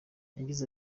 yagize